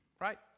Right